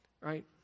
right